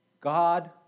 God